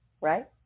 right